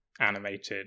animated